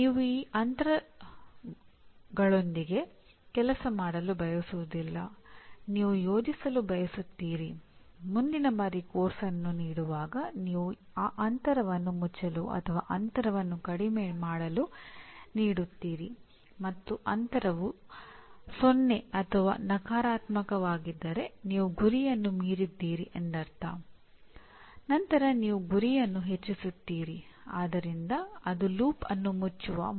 ನಮ್ಮ ಸನ್ನಿವೇಶದಲ್ಲಿ ಪಠ್ಯಕ್ರಮ ಒಂದು ಸೆಮಿಸ್ಟರ್ ಪಠ್ಯಕ್ರಮ ಅಥವಾ ಪಠ್ಯಕ್ರಮದ ಭಾಗವಾದ ಸೂಚನಾ ಘಟಕವಾಗಿದ್ದು ಮತ್ತು 1 ರಿಂದ 4 5 ಗಂಟೆಗಳ ಚಟುವಟಿಕೆಯನ್ನು ಒಳಗೊಂಡಿರಬಹುದು